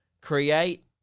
Create